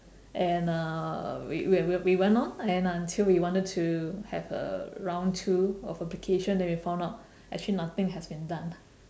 and uh we when we we went on and until we wanted to have a round two of application then we found out actually nothing has been done lah